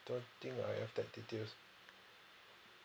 I don't think I have that details